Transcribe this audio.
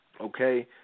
Okay